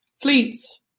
Fleets